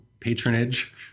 Patronage